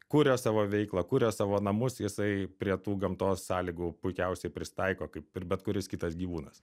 kuria savo veiklą kuria savo namus jisai prie tų gamtos sąlygų puikiausiai prisitaiko kaip ir bet kuris kitas gyvūnas